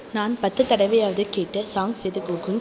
நான் பத்து தடவையாவது கேட்ட சாங்ஸ் எது கூகுள்